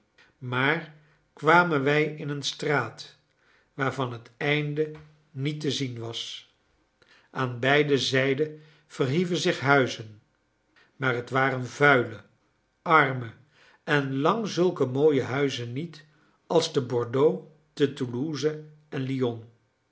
maar kwamen wij in een straat waarvan het einde niet te zien was aan beide zijden verhieven zich huizen maar het waren vuile arme en lang zulke mooie huizen niet als te bordeaux te toulouse en te lyon